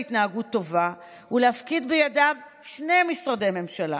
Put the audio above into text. התנהגות טובה ולהפקיד בידיו שני משרדי ממשלה,